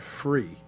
free